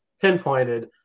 pinpointed